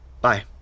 Bye